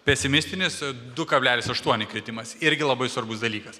pesimistinis du kablelis aštuoni kritimas irgi labai svarbus dalykas